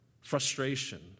frustration